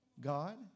God